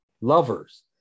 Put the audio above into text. Lovers